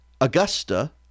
Augusta